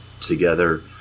together